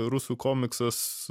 rusų komiksas